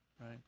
Right